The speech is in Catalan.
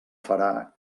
farà